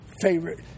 favorite